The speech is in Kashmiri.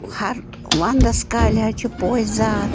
ہر ونٛدس کالہِ حظ چھِ پوشہِ زاتھ